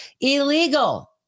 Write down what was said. illegal